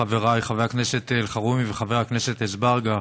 חבריי חברי הכנסת אלחרומי וחבר הכנסת אזברגה,